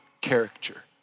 character